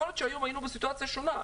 ויכול להיות שהיום היינו בסיטואציה שונה.